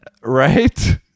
right